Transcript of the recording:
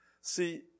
See